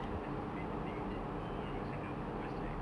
just to make the thing a bit more sedap because like